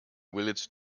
village